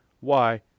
why